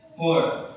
Four